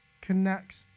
connects